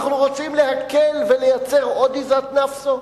אנחנו רוצים להקל ולייצר עוד עזאת נאפסו?